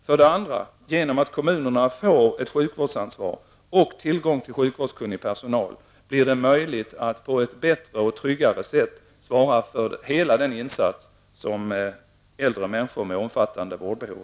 Vidare blir det möjligt att på ett bättre och tryggare sätt svara för alla de insatser som äldre människor med omfattande vårdbehov behöver i och med att kommunerna får sjukvårdsansvar och tillgång till sjukvårdskunnig personal.